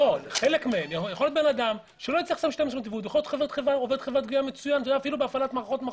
להיות עובד חברת גבייה מצוין אפילו בהפעלת מערכות מחשב.